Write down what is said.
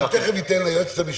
אני תכף אתן ליועצת המשפטית להסביר.